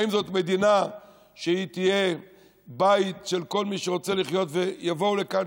האם זאת מדינה שתהיה בית לכל מי שרוצה לחיות ויבוא לכאן,